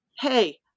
hey